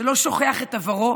שלא שוכח את עברו